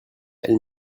elle